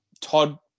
Todd